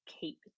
keep